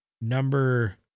number